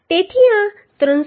તેથી આ 308